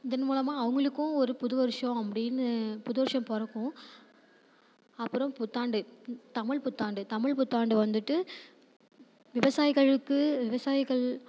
இதன் மூலமாக அவங்களுக்கும் ஒரு புது வருஷம் அப்படினு புது வருஷம் பிறக்கும் அப்புறம் புத்தாண்டு தமிழ் புத்தாண்டு தமிழ் புத்தாண்டு வந்துட்டு விவசாயிகளுக்கு விவசாயிகள்